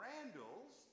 Randall's